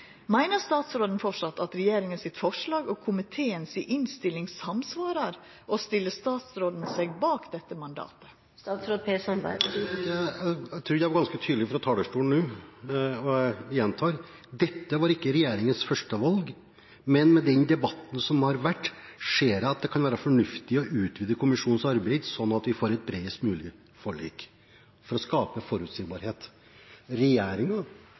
Meiner statsråden framleis at regjeringas forslag og komitéinnstillinga samsvarer, og stiller statsråden seg bak dette mandatet? Jeg trodde jeg var ganske tydelig fra talerstolen nå. Jeg gjentar: Dette var ikke regjeringens førstevalg, men med den debatten som har vært, ser jeg at det kan være fornuftig å utvide kommisjonens arbeid, sånn at vi får et bredest mulig forlik – for å skape forutsigbarhet.